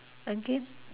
again